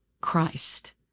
Christ